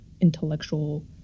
intellectual